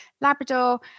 labrador